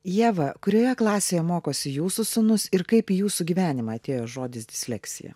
ieva kurioje klasėje mokosi jūsų sūnus ir kaip į jūsų gyvenimą atėjo žodis disleksija